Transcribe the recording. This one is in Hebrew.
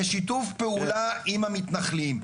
--בשיתוף פעולה עם המתנחלים.